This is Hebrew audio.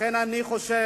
לכן, אני חושב